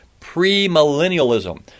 premillennialism